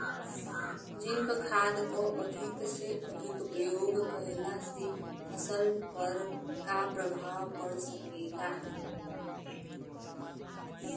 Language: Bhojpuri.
जिंक खाद क अधिक से अधिक प्रयोग कइला से फसल पर का प्रभाव पड़ सकेला?